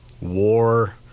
war